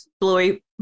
Blowy